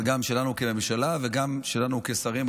אבל גם שלנו כממשלה וגם שלנו כשרים,